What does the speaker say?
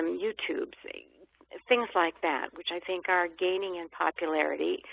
youtube, things like that, which i think are gaining in popularity,